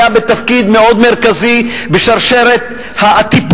והוא היה בתפקיד מאוד מרכזי בשרשרת הטיפול